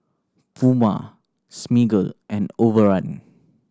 Puma Smiggle and Overrun